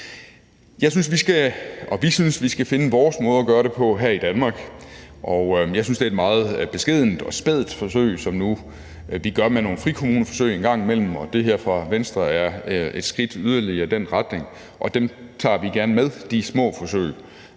vi synes, at vi skal finde vores måde at gøre det på her i Danmark. Jeg synes, det er et meget beskedent og spædt forsøg, som vi nu gør med nogle frikommuneforsøg en gang imellem, og det her forslag fra Venstre er et skridt yderligere i den retning. Og de små forsøg